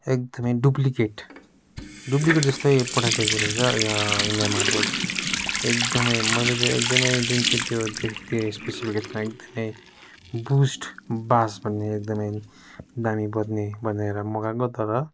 एकदमै duplicate duplicate जस्तै पठाइदिएको रहेछ यहाँ इन्डिया मार्टबाट एकदमै मैले चाहिँ एकदमै जुन चाहिँ त्यो त्यो एकदमै बुस्ट बास्ट भन्ने एकदमै दामी बज्ने भनेर मगाएको तर